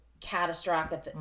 catastrophic